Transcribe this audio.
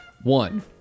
one